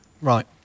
Right